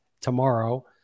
tomorrow